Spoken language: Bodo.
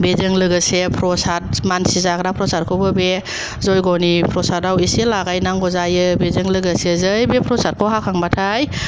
बेजों लोगोसे प्रसाद मानसि जाग्रा प्रसादखौबो बे जयग'नि प्रसादाव इसे लगाय नांगौ जायो बेजों लोगोसे जै बे प्रसादखौ हाखांबाथाय